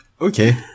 Okay